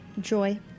Joy